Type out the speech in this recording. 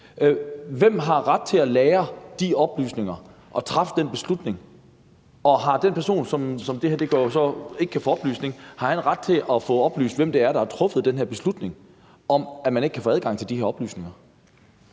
hvem har ret til at lagre de oplysninger og træffe den beslutning? Og har den person, som ikke kan få de oplysninger, ret til at få oplyst, hvem der har truffet den her beslutning om, at vedkommende ikke kan få adgang til de her oplysninger?